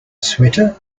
sweater